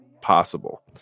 possible